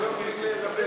נתקבל.